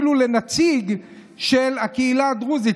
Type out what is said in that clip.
אפילו לנציג של הקהילה הדרוזית,